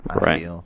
Right